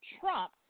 Trump